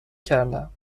کردم